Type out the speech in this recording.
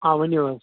آ ؤنِو حظ